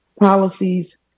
policies